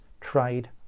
trade